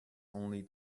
only